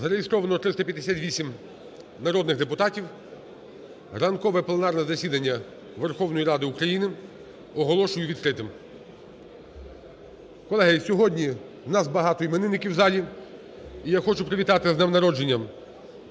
Зареєстровано 358 народних депутатів. Ранкове пленарне засідання Верховної Ради України оголошую відкритим. Колеги, сьогодні у нас багато іменинників у залі. І я хочу привітати з днем народженням